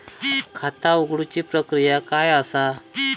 खाता उघडुची प्रक्रिया काय असा?